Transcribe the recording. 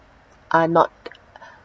are not